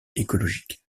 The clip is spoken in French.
écologique